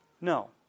No